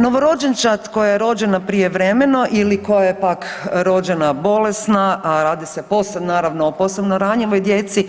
Novorođenčad koja je rođena prijevremeno ili koja je pak rođena bolesna, a radi se posebno naravno o posebno ranjivoj djeci